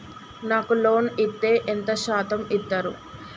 నాకు లోన్ ఇత్తే ఎంత శాతం ఇత్తరు?